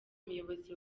umuyobozi